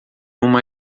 uma